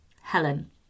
Helen